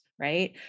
right